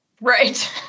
Right